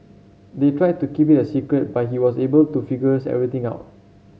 they tried to keep it secret but he was able to figures everything out